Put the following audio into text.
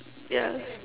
yeah